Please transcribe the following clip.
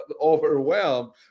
overwhelmed